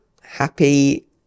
happy